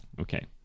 Okay